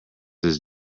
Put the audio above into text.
his